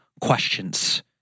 questions